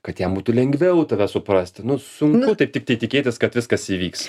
kad jam būtų lengviau tave suprasti nu sunku taip ti ti tikėtis kad viskas įvyks